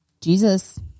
Jesus